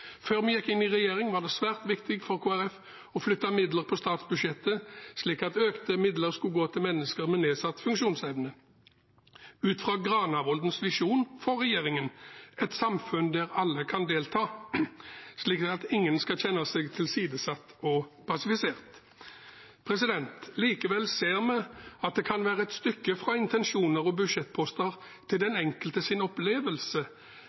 Før vi gikk inn i regjering, var det svært viktig for Kristelig Folkeparti å flytte midler på statsbudsjettet, slik at økte midler skulle gå til mennesker med nedsatt funksjonsevne – ut fra Granavolden-plattformens visjon for regjeringen: et samfunn der alle kan delta, slik at ingen skal kjenne seg tilsidesatt og passivisert. Likevel ser vi at det kan være et stykke fra intensjoner og budsjettposter til den